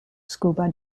scuba